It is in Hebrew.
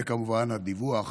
וכמובן, הדיווח,